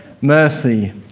Mercy